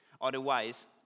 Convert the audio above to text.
Otherwise